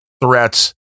threats